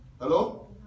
Hello